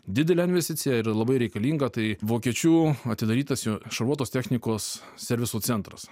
didelę investiciją ir labai reikalingą tai vokiečių atidarytas jau šarvuotos technikos serviso centras